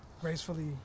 gracefully